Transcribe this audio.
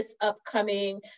upcoming